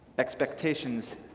Expectations